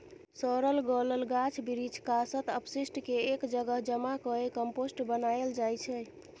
सरल गलल गाछ बिरीछ, कासत, अपशिष्ट केँ एक जगह जमा कए कंपोस्ट बनाएल जाइ छै